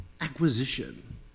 acquisition